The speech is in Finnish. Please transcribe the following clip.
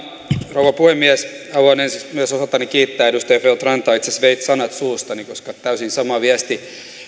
rouva puhemies haluan ensiksi myös osaltani kiittää edustaja feldt rantaa itse asiassa veit sanat suustani koska täysin sama viesti on